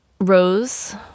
rose